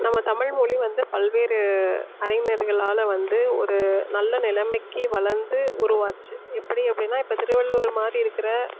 நம்ம தமிழ்மொழி வந்து பல்வேறு அறிஞர்களால் வந்து ஒரு நல்ல நிலமைக்கி வளர்ந்து உருவாகிச்சு எப்படி அப்படின்னா இப்போ திருவள்ளுவர்மாதிரி இருக்கிற